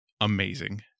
amazing